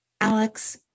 Alex